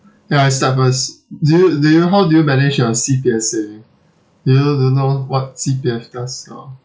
ya I start first do you do you how do you manage your C_P_F saving do you don't know what C_P_F